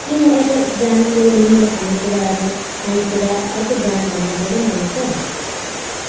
किन एउटा ब्रान्डको नुनिलो खानेकुराहरू खानेकुरा अर्को ब्रान्डभन्दा धेरै महँगो छ